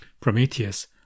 Prometheus